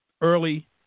early